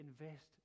invest